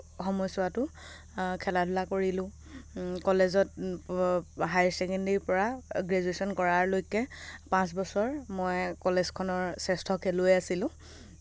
সময়চোৱাতো খেলা ধূলা কৰিলোঁ কলেজত হাই ছেকেণ্ডেৰিৰ পৰা গ্ৰেজুয়েশ্যন কৰাৰলৈকে পাঁচ বছৰ মই কলেজখনৰ শ্ৰেষ্ঠ খেলুৱৈ আছিলোঁ